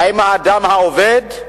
האם האדם העובד,